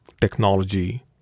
technology